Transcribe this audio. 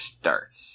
starts